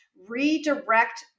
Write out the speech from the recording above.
redirect